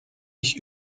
ich